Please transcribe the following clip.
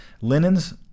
Linens